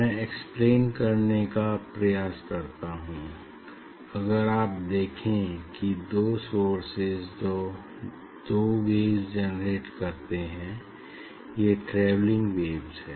मैं एक्सप्लेन करने का प्रयास करता हूँ अगर आप देखें कि दो सोर्सेस जो दो वेव्स जेनेरेट करते हैं ये ट्रैवेलिंग वेव्स हैं